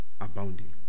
abounding